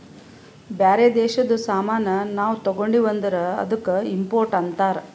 ಬ್ಯಾರೆ ದೇಶದು ಸಾಮಾನ್ ನಾವು ತಗೊಂಡಿವ್ ಅಂದುರ್ ಅದ್ದುಕ ಇಂಪೋರ್ಟ್ ಅಂತಾರ್